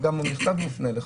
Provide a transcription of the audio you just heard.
המכתב גם מופנה אליך.